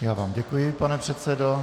Já vám děkuji, pane předsedo.